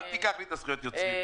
אל תיקח לי את זכויות היוצרים.